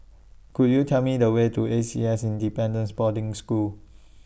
Could YOU Tell Me The Way to A C S Independence Boarding School